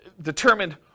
determined